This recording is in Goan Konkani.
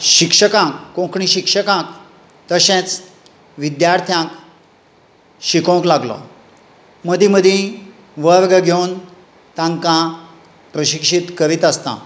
शिक्षकांक कोंकणी शिक्षकांक विद्यार्थ्यांक शिकोवंक लागलो मदीं मदीं वर्ग घेवन तांकां प्रशिक्षीत करीत आसतां